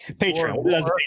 Patreon